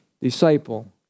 disciple